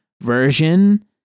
version